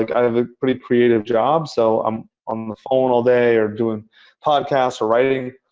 like i have a pretty creative job. so i'm on the phone all day or doing podcasts or writing.